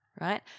right